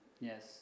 Yes